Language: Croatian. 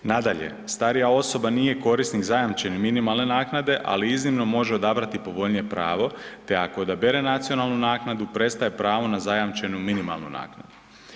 Nadalje, starija osoba nije korisnik zajamčene minimalne naknade, ali iznimno može odabrati povoljnije pravo te ako odabere nacionalnu naknadu prestaje pravo na zajamčenu minimalnu naknadu.